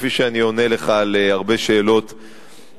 כפי שאני עונה לך על הרבה שאלות פרטניות.